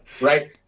Right